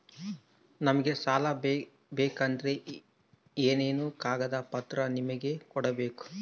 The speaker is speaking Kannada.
ನಮಗೆ ಸಾಲ ಬೇಕಂದ್ರೆ ಏನೇನು ಕಾಗದ ಪತ್ರ ನಿಮಗೆ ಕೊಡ್ಬೇಕು?